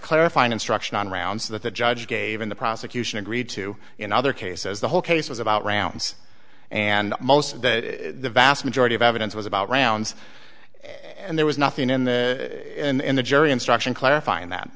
clarifying instruction on rounds that the judge gave in the prosecution agreed to in other cases the whole case was about rounds and most that the vast majority of evidence was about rounds and there was nothing in the in the jury instruction clarifying that